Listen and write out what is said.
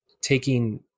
taking